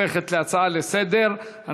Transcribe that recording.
הופכת להצעה לסדר-היום.